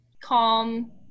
calm